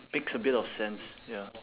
makes a bit of sense ya